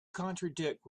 contradict